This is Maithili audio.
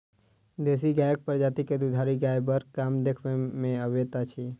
देशी गायक प्रजाति मे दूधारू गाय बड़ कम देखबा मे अबैत अछि